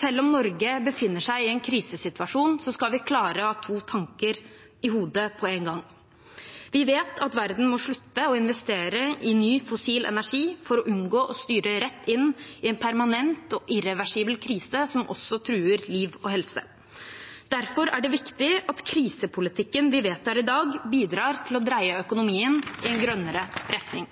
Selv om Norge befinner seg i en krisesituasjon, skal vi klare å ha to tanker i hodet på én gang. Vi vet at verden må slutte å investere i ny fossil energi for å unngå å styre rett inn i en permanent og irreversibel krise, som også truer liv og helse. Derfor er det viktig at krisepolitikken vi vedtar i dag, bidrar til å dreie økonomien i en grønnere retning.